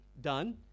done